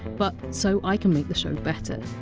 but so i can make the show better.